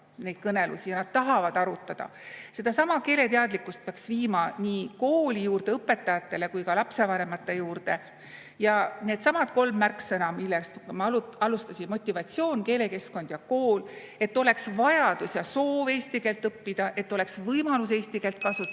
neid kõnelusi ja nad tahavad arutada. Sedasama keeleteadlikkust peaks juurde viima nii kooli, õpetajatele kui ka lapsevanematele. Needsamad kolm märksõna, millest ma alustasin: motivatsioon, keelekeskkond ja kool, et oleks vajadus ja soov eesti keelt õppida, et oleks võimalus eesti keelt kasutada